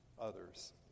others